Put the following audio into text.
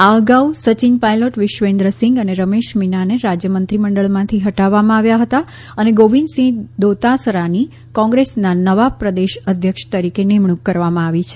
આ અગાઉ સચિન પાયલોટ વિશવેન્દ્ર સિંઘ અને રમેશ મીનાને રાજ્ય મંત્રીમંડળમાંથી હટાવવામાં આવ્યા હતા અને ગોવિંદસિંહ દોતાસરાની કોંગ્રેસના નવા પ્રદેશ અધ્યક્ષ તરીકે નિમણૂક કરવામાં આવી છે